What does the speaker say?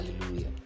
hallelujah